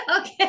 Okay